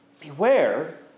Beware